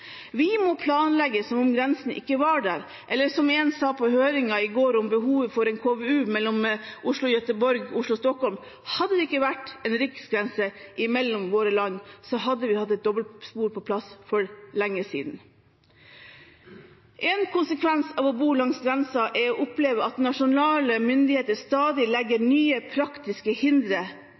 Vi må planlegge som om grensen ikke var der – eller som en sa på høringen i går om behovet for en KVU for tog Oslo–Göteborg, Oslo–Stockholm: Hadde det ikke vært en riksgrense imellom våre land, hadde vi hatt et dobbeltspor på plass for lenge siden. En konsekvens av å bo langs grensen er å oppleve at nasjonale myndigheter stadig legger nye praktiske hindre